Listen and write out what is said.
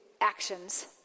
actions